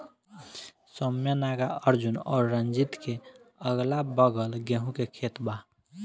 सौम्या नागार्जुन और रंजीत के अगलाबगल गेंहू के खेत बा